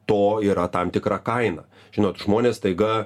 to yra tam tikra kaina žinot žmonės staiga